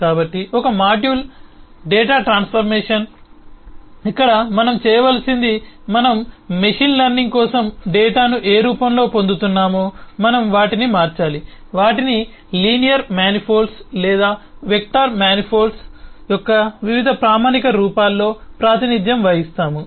కాబట్టి ఒక module data transformation ఇక్కడ మనం చేయవలసింది మనం మెషిన్ లెర్నింగ్ కోసం డేటాను ఏ రూపంలో పొందుతున్నామో మనం వాటిని మార్చాలి వాటిని లీనియర్ మానిఫోల్డ్స్ లేదా వెక్టర్ మానిఫోల్డ్స్ యొక్క వివిధ ప్రామాణిక రూపాల్లో ప్రాతినిధ్యం వహిస్తాము